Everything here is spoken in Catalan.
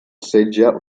setge